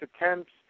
attempts